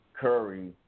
Curry